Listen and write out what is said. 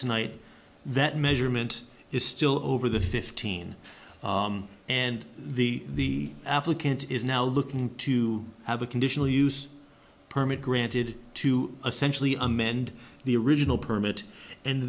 tonight that measurement is still over the fifteen and the applicant is now looking to have a conditional use permit granted to essentially amend the original permit and